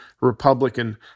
Republican